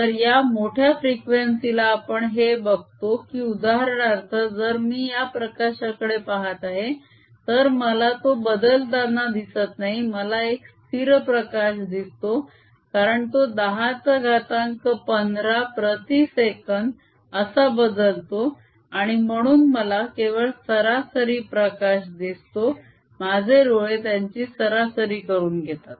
तर या मोठ्या फ़्रिक़्वेन्सिला आपण हे बघतो की उदाहरणार्थ जर मी या प्रकाशाकडे पाहत आहे तर मला तो बदलताना दिसत नाही मला एक स्थिर प्रकाश दिसतो कारण तो दहाचा घातांक पंधरा प्रती सेकंद असा बदलतो आणि म्हणून मला केवळ सरासरी प्रकाश दिसतो माझे डोळे त्यांची सरासरी करून घेतात